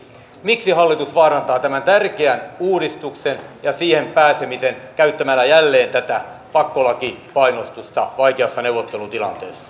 miksi hallitus vaarantaa tämän tärkeän uudistuksen ja siihen pääsemisen käyttämällä jälleen tätä pakkolakipainostusta vaikeassa neuvottelutilanteessa